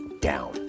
down